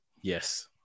yes